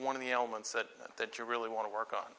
one of the elements that that you really want to work on